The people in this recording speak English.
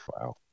Wow